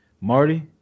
marty